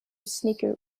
sneaker